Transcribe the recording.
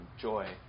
joy